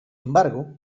embargo